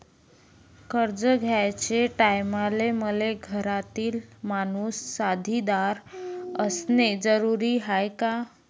कर्ज घ्याचे टायमाले मले घरातील माणूस साक्षीदार असणे जरुरी हाय का?